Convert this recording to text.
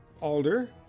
Alder